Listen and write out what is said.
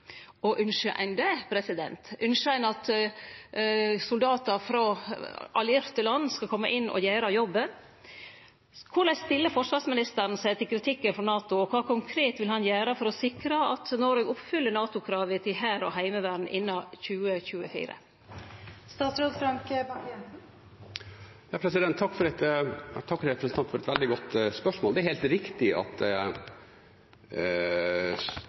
Ynskjer ein det? Ynskjer ein at soldatar frå allierte land skal kome inn og gjere jobben? Korleis stiller forsvarsministeren seg til kritikken frå NATO, og kva konkret vil han gjere for å sikre at Noreg oppfyller NATO-krava til hær og heimevern innan 2024? Jeg takker representanten for et veldig godt spørsmål. Det er helt riktig at kapasitetskravene fra NATO ikke er helt synkrone med forsvarsplanleggingen i Norge. Det er